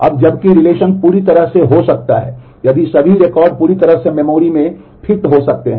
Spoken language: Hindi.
अब जब कि रिलेशन बहुत बड़े हैं